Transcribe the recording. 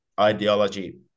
ideology